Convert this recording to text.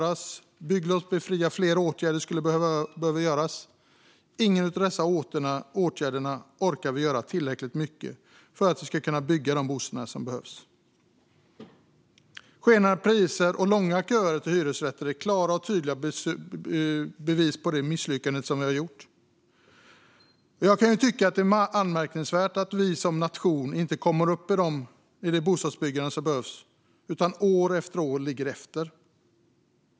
Att bygglovsbefria fler åtgärder skulle behövas. Ingen av dessa åtgärder orkar vi göra tillräckligt mycket av för att kunna bygga de bostäder som behövs. Skenande priser och långa köer till hyresrätter är klara och tydliga bevis på vårt misslyckande. Jag kan tycka att det är anmärkningsvärt att vi som nation inte kommer upp i de nivåer av bostadsbyggande som behövs utan att vi år efter år ligger efter.